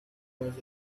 was